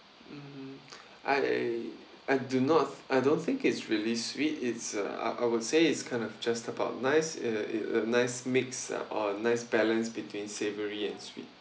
mm I I do not I don't think it's really sweet it's uh I I would say it's kind of just about nice uh nice makes a nice balance between savoury and sweet